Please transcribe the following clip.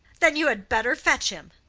then you had better fetch him.